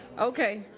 Okay